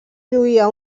lluïa